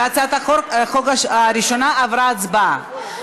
והצעת החוק הראשונה עברה הצבעה.